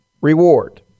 reward